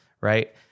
Right